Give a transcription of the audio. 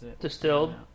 distilled